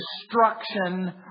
destruction